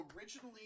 originally